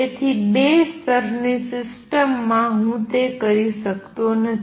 તેથી બે સ્તરની સિસ્ટમમાં હું તે કરી શકતો નથી